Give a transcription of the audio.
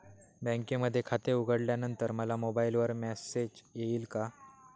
बँकेमध्ये खाते उघडल्यानंतर मला मोबाईलवर मेसेज येईल का?